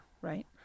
Right